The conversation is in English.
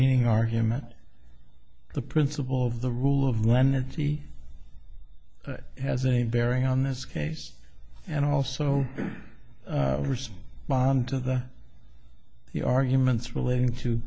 meaning argument the principle of the rule of lenity has any bearing on this case and also respond to the the arguments relating to